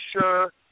sure